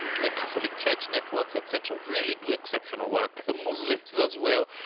the catholic church networks, et cetera, really do exceptional work, the muslims as well,